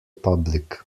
public